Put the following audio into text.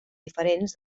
diferents